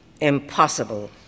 Impossible